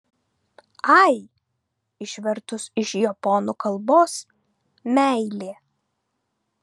ai išvertus iš japonų kalbos meilė